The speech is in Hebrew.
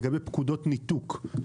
לגבי פקודות ניתוק.